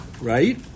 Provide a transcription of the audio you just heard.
right